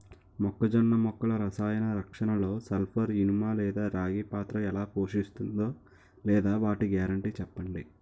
మొక్కజొన్న మొక్కల రసాయన రక్షణలో సల్పర్, ఇనుము లేదా రాగి పాత్ర ఎలా పోషిస్తుందో లేదా వాటి గ్యారంటీ చెప్పండి